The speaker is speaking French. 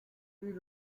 plus